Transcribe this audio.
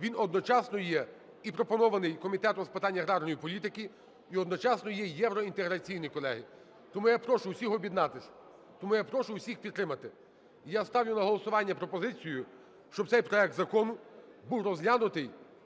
Він одночасно є і пропонований Комітетом з питань аграрної політики, і одночасно є євроінтеграційний, колеги. Тому я прошу усіх об'єднатись. Тому я прошу усіх підтримати. І я ставлю на голосування пропозицію, щоб цей проект закону був розглянутий